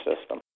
system